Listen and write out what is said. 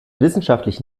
wissenschaftlich